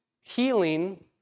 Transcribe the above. healing